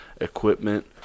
equipment